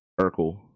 Urkel